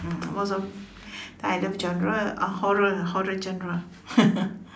um most of time I love genre uh horror horror genre